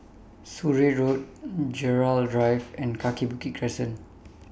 Surrey Road Gerald Drive and Kaki Bukit Crescent